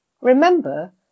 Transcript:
Remember